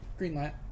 Greenlight